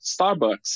Starbucks